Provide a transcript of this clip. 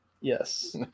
Yes